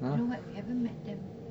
you know what we haven't met them